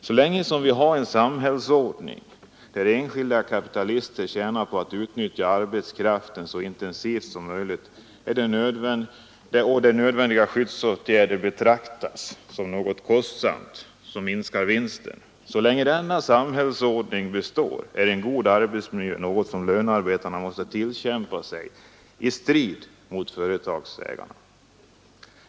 Så länge som vi har en samhällsordning, där enskilda kapitalister tjänar pengar på att utnyttja arbetskraften så intensivt som möjligt och där nödvändiga skyddsåtgärder betraktas som något kostsamt som minskar vinsten, är en god arbetsmiljö något som lönearbetarna måste tillkämpa sig i strid mot företagsägarna.